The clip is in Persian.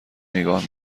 نگاه